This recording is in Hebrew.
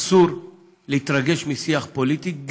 אסור להתרגש משיח פוליטי.